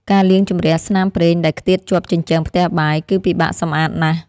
ការលាងជម្រះស្នាមប្រេងដែលខ្ទាតជាប់ជញ្ជាំងផ្ទះបាយ គឺពិបាកសម្អាតណាស់។